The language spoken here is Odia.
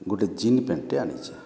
ଗୁଟେ ଜିନ୍ ପେଣ୍ଟ୍ଟେ ଆଣିଛି